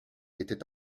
était